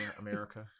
America